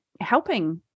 helping